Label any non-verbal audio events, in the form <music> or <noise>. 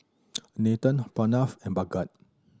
<noise> Nathan Pranav and Bhagat